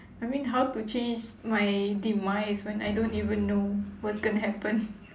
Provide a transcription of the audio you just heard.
I mean how to change my demise when I don't even know what's gonna happen